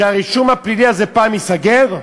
שהרישום הפלילי הזה פעם ייסגר?